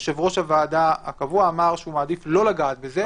יושב-ראש הוועדה הקבוע אמר שהוא מעדיף לא לגעת בזה,